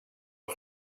och